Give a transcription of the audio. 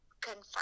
confirm